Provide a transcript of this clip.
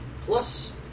Plus